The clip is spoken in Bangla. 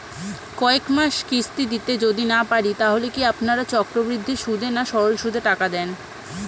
কয়েক মাস কিস্তি দিতে যদি না পারি তাহলে কি আপনারা চক্রবৃদ্ধি সুদে না সরল সুদে টাকা দেন?